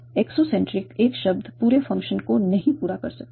exocentric एक शब्द पूरे फ़ंक्शन को नहीं पूरा कर सकता है